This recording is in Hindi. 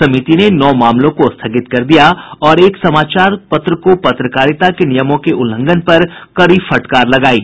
समिति ने नौ मामलों को स्थगित कर दिया और एक समाचार पत्र को पत्रकारिता के नियमों के उल्लंघन पर कड़ी फटकार लगायी